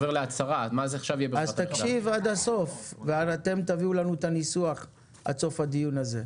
אז תקשיב עד הסוף ואז אתם תביאו לנו את הניסוח עד סוף הדיון הזה.